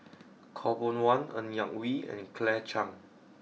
Khaw Boon Wan Ng Yak Whee and Claire Chiang